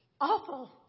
awful